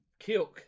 Kilk